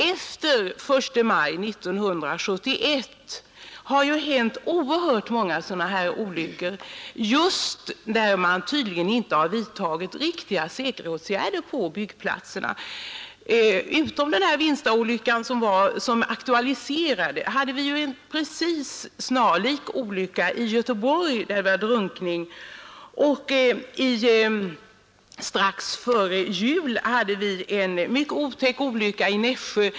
Efter den 1 maj 1971 har det hänt många olyckor av detta slag just i fall, där man tydligen inte har vidtagit riktiga säkerhetsåtgärder på byggplatserna. Förutom Vinstaolyckan, som aktualiserats i denna debatt, har det t.ex. förekommit en snarlik drunkningsolycka i Göteborg och strax före jul inträffade en otäck olycka i Nässjö.